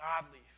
godly